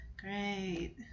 Great